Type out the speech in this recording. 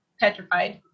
petrified